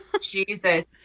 Jesus